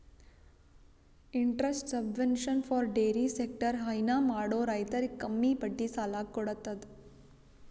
interest subvention for dairy sector ಹೈನಾ ಮಾಡೋ ರೈತರಿಗ್ ಕಮ್ಮಿ ಬಡ್ಡಿ ಸಾಲಾ ಕೊಡತದ್